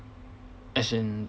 as in